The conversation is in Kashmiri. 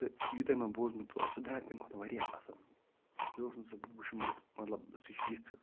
تہٕ یوٗتاہ مےٚ بوٗزمُت اوس سُہ درٛاو تَمہِ کھۄتہٕ واریاہ اَصٕل مےٚ اوس نہٕ سُہ وٕچھمُت مطلب سُہ چھِ یِژھٕ